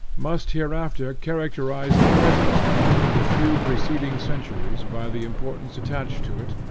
must hereafter characterize the present and the few preceding centuries by the importance attached to it,